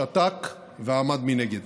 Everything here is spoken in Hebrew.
שתק ועמד מנגד.